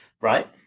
right